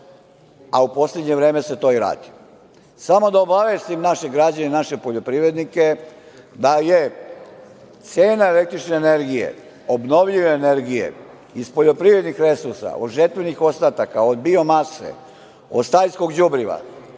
a u poslednje vreme se to i radi. Samo da obavestim naše građane, naše poljoprivrednike da je cena električne energije, obnovljive energije iz poljoprivrednih resursa, od žetvenih ostataka, od biomase, od stajskog đubriva,